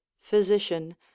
physician